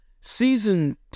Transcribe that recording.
Season